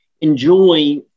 enjoy